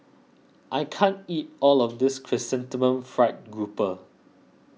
I can't eat all of this Chrysanthemum Fried Grouper